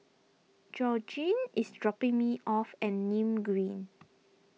Georgene is dropping me off at Nim Green